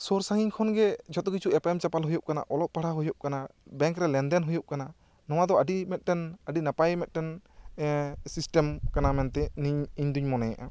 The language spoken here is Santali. ᱥᱳᱨ ᱥᱟᱺᱜᱤᱧ ᱠᱷᱚᱱ ᱜᱮ ᱡᱚᱛᱚ ᱠᱤᱪᱷᱩ ᱮᱯᱮᱢ ᱪᱟᱯᱟᱞ ᱫᱚ ᱦᱩᱭᱩᱜ ᱠᱟᱱᱟ ᱚᱞᱚᱜ ᱯᱟᱲᱦᱟᱣ ᱦᱩᱭᱩᱜ ᱠᱟᱱᱟ ᱵᱮᱝᱠ ᱨᱮ ᱞᱮᱱ ᱫᱮᱱ ᱦᱩᱭᱩᱜ ᱠᱟᱱᱟ ᱱᱚᱣᱟ ᱫᱚ ᱟᱹᱰᱤ ᱢᱤᱫᱴᱮᱱ ᱟᱹᱰᱤ ᱱᱟᱯᱟᱭ ᱢᱤᱫᱴᱮᱱ ᱥᱤᱥᱴᱮᱢ ᱠᱟᱱᱟ ᱢᱮᱱᱛᱮ ᱱᱤᱧ ᱤᱧ ᱫᱩᱧ ᱢᱚᱱᱮᱭᱮᱜᱼᱟ